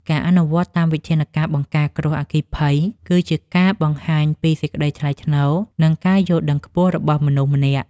ការអនុវត្តតាមវិធានការបង្ការគ្រោះអគ្គិភ័យ គឺជាការបង្ហាញពីសេចក្តីថ្លៃថ្នូរ និងការយល់ដឹងខ្ពស់របស់មនុស្សម្នាក់។